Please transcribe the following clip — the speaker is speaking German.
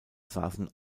saßen